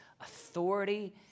authority